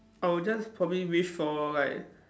I will just probably wish for like